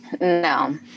no